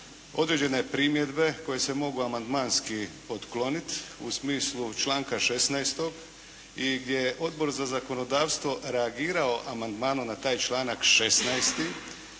određene primjedbe koje se mogu amandmanski otkloniti u smislu članka 16. i gdje je Odbor za zakonodavstvo reagirao amandmanom na taj članak 16.